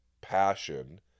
Passion